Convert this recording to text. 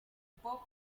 pop